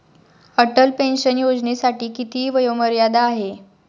Atal pension योजनेसाठी किती वयोमर्यादा आहे?